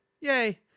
Yay